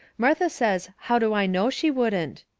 martha says how do i know she wouldn't?